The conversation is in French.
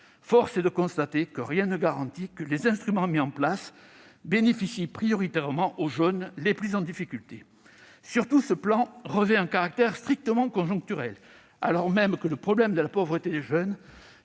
force est de constater que rien ne garantit que les instruments mis en place bénéficient prioritairement aux jeunes les plus en difficulté. Surtout, ce plan revêt un caractère strictement conjoncturel, alors même que le problème de la pauvreté des jeunes,